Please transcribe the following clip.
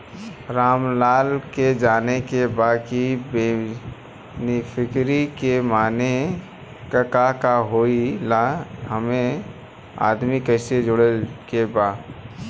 रामलाल के जाने के बा की बेनिफिसरी के माने का का होए ला एमे आदमी कैसे जोड़े के बा?